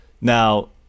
Now